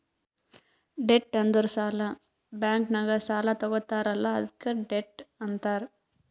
debt ಅಂದುರ್ ಸಾಲ, bank ನಾಗ್ ಸಾಲಾ ತಗೊತ್ತಾರ್ ಅಲ್ಲಾ ಅದ್ಕೆ ಡೆಟ್ ಅಂತಾರ್